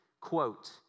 quote